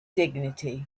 dignity